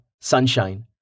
sunshine